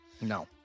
no